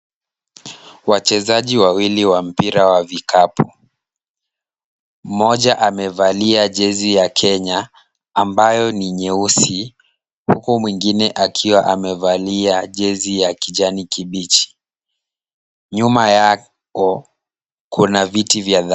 Wachezaji wawili wa mpira wa vikapu, mmoja amevalia jezi ya Kenya, ambayo ni nyeusi, huku mwingine akiwa amevalia jezi ya kijani kibichi, nyuma yako, kuna viti vya.